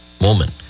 moment